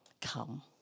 come